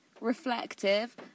reflective